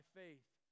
faith